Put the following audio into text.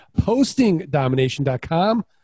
PostingDomination.com